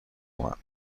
اومد